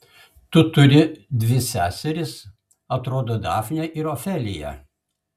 tu turi dvi seseris atrodo dafnę ir ofeliją